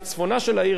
בצפונה של העיר,